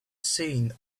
seen